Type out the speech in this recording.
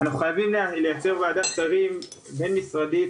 אנחנו חייבים לייצר מצב שבו תקום וועדת שרים בין משרדית